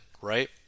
right